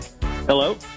Hello